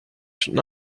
should